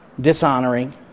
dishonoring